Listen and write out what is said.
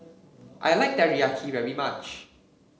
I like Teriyaki very much